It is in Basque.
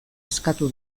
eskatu